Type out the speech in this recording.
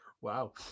wow